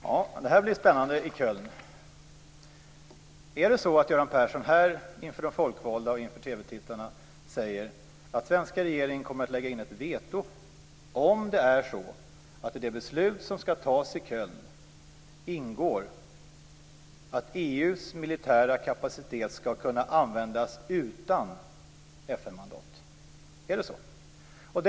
Herr talman! Det här blir spännande i Köln. Är det så att Göran Persson här inför de folkvalda och inför TV-tittarna säger att den svenska regeringen kommer att lägga in ett veto om det är så att i det beslut som skall tas i Köln ingår att EU:s militära kapacitet skall kunna användas utan FN-mandat? Är det så?